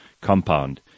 compound